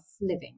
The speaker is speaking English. living